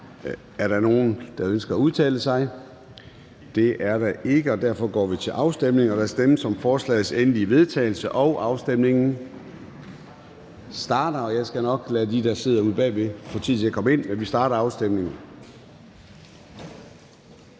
Er der nogen, der ønsker at udtale sig? Det er der ikke, og derfor går vi til afstemning. Kl. 13:29 Afstemning Formanden (Søren Gade): Der stemmes om forslagets endelige vedtagelse, og afstemningen starter. Jeg skal nok lade dem, der sidder ude bagved, få tid til at komme ind, men vi starter afstemningen